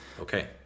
Okay